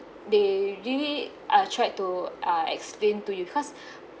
they really uh tried to uh explain to you because